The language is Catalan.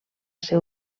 ser